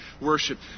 worship